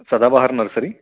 सदाबहार नर्सरी